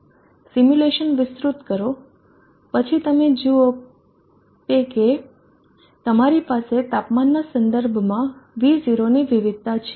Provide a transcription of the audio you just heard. simulation વિસ્તૃત કરો પછી તમે જુઓ તે કે તમારી પાસે તાપમાન નાં સંદર્ભમાં V0 ની વિવિધતા છે